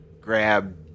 grab